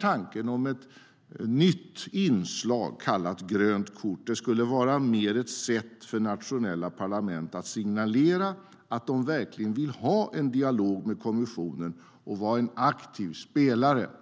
Tanken om ett nytt inslag, kallat grönt kort, skulle mer vara ett sätt för nationella parlament att signalera att de verkligen vill ha en dialog med kommissionen och vara en aktiv spelare.